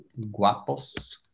guapos